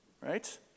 right